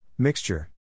Mixture